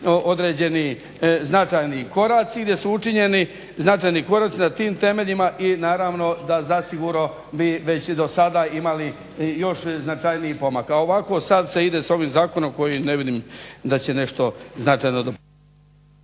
određeni značajni koraci i gdje su učinjeni značajni koraci na tim temeljima. I naravno da zasigurno bi već i do sada imali još značajnijih pomaka. Ovako sad se ide sa ovim zakonom koji ne vidim da će nešto značajno doprinijeti.